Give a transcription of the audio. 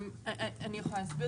אני יכולה להסביר.